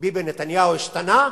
ביבי נתניהו השתנה?